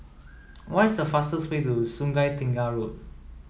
what is the fastest way to Sungei Tengah Road